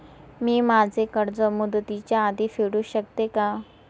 मी माझे कर्ज मुदतीच्या आधी फेडू शकते का?